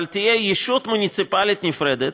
אבל תהיה ישות מוניציפלית נפרדת,